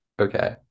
Okay